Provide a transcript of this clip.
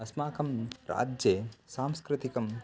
अस्माकं राज्ये सांस्कृतिकं